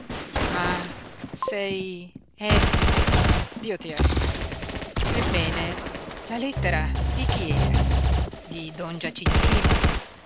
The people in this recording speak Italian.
ah sei efix dio ti aiuti ebbene la lettera di chi era di don giacintino